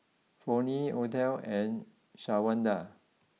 Flonnie Othel and Shawanda